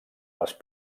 les